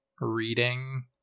reading